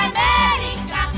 America